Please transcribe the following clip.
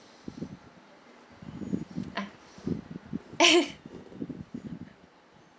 ah